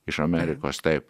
iš amerikos taip